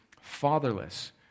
fatherless